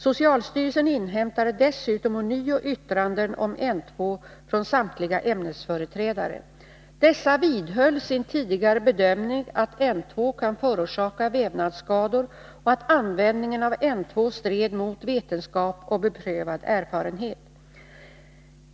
Socialstyrelsen inhämtade dessutom ånyo yttranden om N-2 från samtliga ämnesföreträdare. Dessa vidhöll sin tidigare bedömning att N-2 kan förorsaka vävnadsskador och att användningen av N-2 stred mot vetenskap och beprövad erfarenhet.